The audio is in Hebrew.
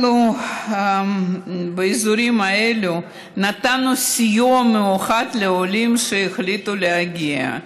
אנחנו באזורים האלה נתנו סיוע מיוחד לעולים שהחליטו להגיע.